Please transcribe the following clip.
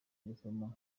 gusoma